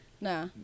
nah